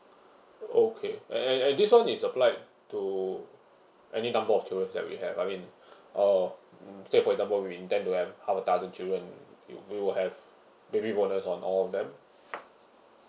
okay and and and this one is applied to any number of children that we have I mean uh then said for example we intend to have half a dozen children we we will have baby was on all them